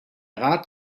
rat